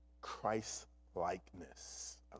Christ-likeness